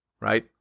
right